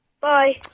Bye